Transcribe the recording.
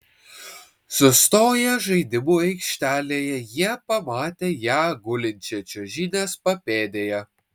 sustoję žaidimų aikštelėje jie pamatė ją gulinčią čiuožynės papėdėje